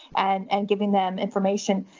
and and giving them information,